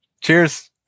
cheers